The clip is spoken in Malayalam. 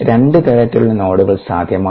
രണ്ട് തരത്തിലുള്ള നോഡുകൾ സാധ്യമാണ്